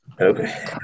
Okay